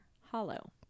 Hollow